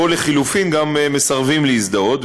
ולחלופין, מסרבים להזדהות.